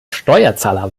steuerzahler